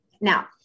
now